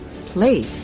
play